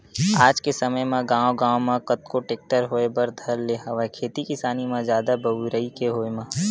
आज के समे म गांव गांव म कतको टेक्टर होय बर धर ले हवय खेती किसानी म जादा बउरई के होय म